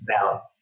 Now